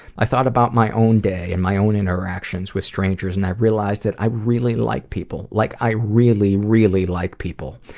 i thought about my own day, and my own interactions with strangers, and realised that i really like people. like, i really, really like people.